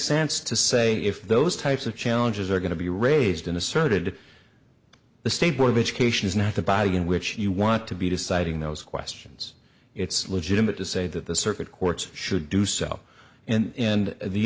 sense to say if those types of challenges are going to be raised in asserted the state board of education is not the body in which you want to be deciding those questions it's legitimate to say that the circuit courts should do so